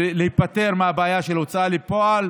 להיפטר מהבעיה של הוצאה לפועל,